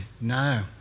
no